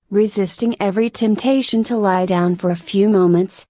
resisting every temptation to lie down for a few moments,